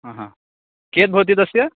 हाहा कियद्भवति तस्य